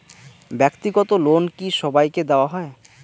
ব্যাক্তিগত লোন কি সবাইকে দেওয়া হয়?